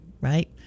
right